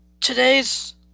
today's